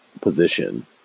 position